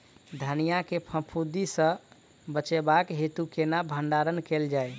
धनिया केँ फफूंदी सऽ बचेबाक हेतु केना भण्डारण कैल जाए?